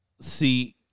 see